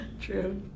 true